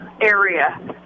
area